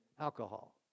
alcohol